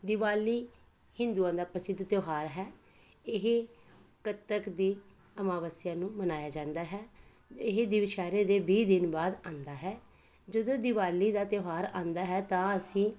ਦੀਵਾਲੀ ਹਿੰਦੂਆਂ ਦਾ ਪ੍ਰਸਿੱਧ ਤਿਉਹਾਰ ਹੈ ਇਹ ਕੱਤਕ ਦੀ ਅਮਾਵੱਸਿਆ ਨੂੰ ਮਨਾਇਆ ਜਾਂਦਾ ਹੈ ਇਹ ਦਿਵਸ ਦੁਸਹਿਰੇ ਦੇ ਵੀਹ ਦਿਨ ਬਾਅਦ ਆਉਂਦਾ ਹੈ ਜਦੋਂ ਦੀਵਾਲੀ ਦਾ ਤਿਉਹਾਰ ਆਉਂਦਾ ਹੈ ਤਾਂ ਅਸੀਂ